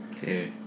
Dude